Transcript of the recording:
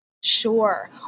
Sure